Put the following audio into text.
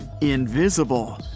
invisible